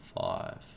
five